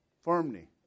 firmly